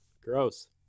gross